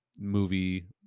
movie